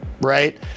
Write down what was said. right